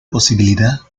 posibilidad